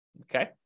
Okay